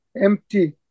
empty